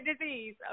disease